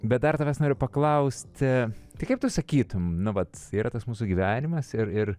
bet dar tavęs noriu paklausti tai kaip tu sakytum nu vat yra tas mūsų gyvenimas ir ir